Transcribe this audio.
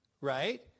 right